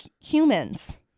humans